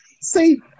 see